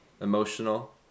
emotional